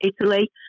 Italy